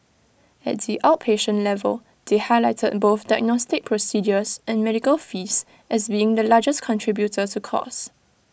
at the outpatient level they highlighted both diagnostic procedures and medical fees as being the largest contributor to costs